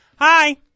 Hi